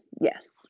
Yes